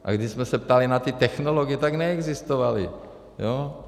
A když jsme se ptali na ty technologie, tak neexistovaly, jo?